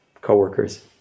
co-workers